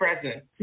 present